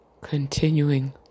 Continuing